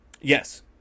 Yes